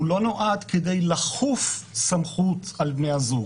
הוא לא נועד כדי לכוף סמכות על בני הזוג.